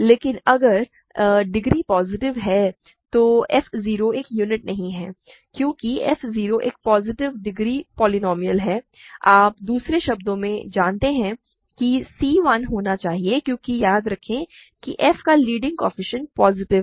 लेकिन अगर degree positive है तो f 0 एक यूनिट नहीं है क्योंकि f 0 एक पॉजिटिव डिग्री पोलीनोमिअल है आप दूसरे शब्दों में जानते हैं कि सी 1 होना चाहिए क्योंकि याद रखें कि f का लीडिंग कोएफ़िशिएंट पॉजिटिव है